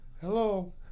Hello